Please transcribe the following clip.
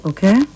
Okay